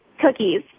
cookies